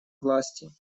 власти